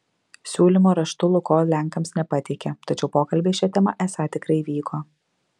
siūlymo raštu lukoil lenkams nepateikė tačiau pokalbiai šia tema esą tikrai vyko